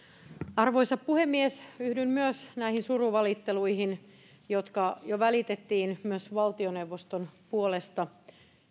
arvoisa puhemies yhdyn myös näihin surunvalitteluihin jotka jo välitettiin myös valtioneuvoston puolesta